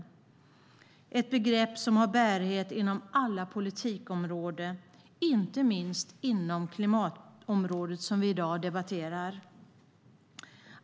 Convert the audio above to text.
Det är ett begrepp som har bäring inom alla politikområden, inte minst inom klimatområdet, som vi i dag debatterar.